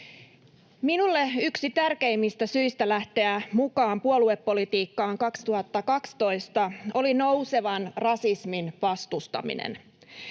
Minulle yksi tärkeimmistä syistä lähteä mukaan puoluepolitiikkaan vuonna 2012 oli nousevan rasismin vastustaminen.